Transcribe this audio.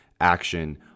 action